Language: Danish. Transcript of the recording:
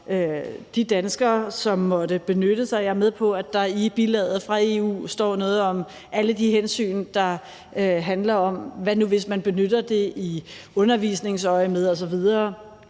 de danskere, som måtte benytte sig af det. Jeg er med på, at der i bilaget fra EU står noget om alle de hensyn, der handler om, hvordan det er, hvis man benytter det i undervisningsøjemed osv.